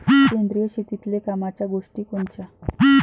सेंद्रिय शेतीतले कामाच्या गोष्टी कोनच्या?